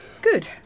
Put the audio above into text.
Good